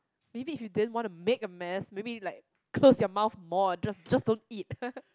maybe if you didn't want to make a mess maybe like close your mouth more just just don't eat